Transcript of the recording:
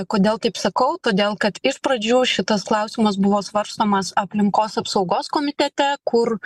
kodėl taip sakau todėl kad iš pradžių šitas klausimas buvo svarstomas aplinkos apsaugos komitete kur